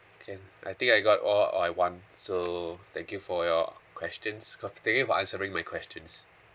okay I think I got all all I want so thank you for your questions thank you for answering my questions